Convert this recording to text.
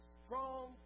strong